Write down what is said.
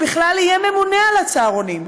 בכלל יהיה ממונה על הצהרונים,